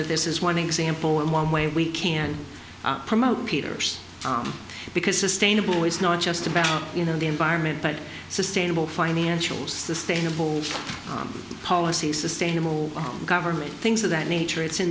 that this is one example in one way we can promote peter's because sustainable ways not just about you know the environment but sustainable financials sustainable policies sustainable government things of that nature it's in